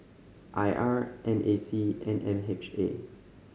I R N A C and M H A